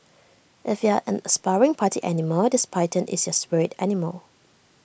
if you're an aspiring party animal this python is your spirit animal